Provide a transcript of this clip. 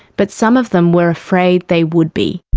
but some of them were afraid they would be.